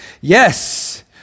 yes